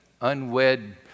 unwed